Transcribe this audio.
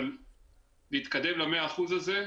אבל נתקדם ל-100% הזה.